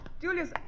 Julius